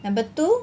number two